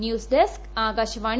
news desk Akashvani